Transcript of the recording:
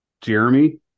Jeremy